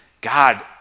God